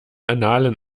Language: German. annalen